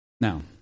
Now